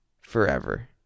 forever